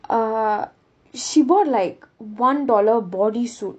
uh she bought like one dollar body suit